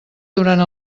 durant